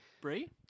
Bree